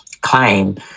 claim